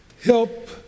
help